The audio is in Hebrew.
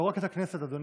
לא רק את הכנסת, אדוני,